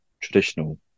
traditional